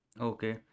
Okay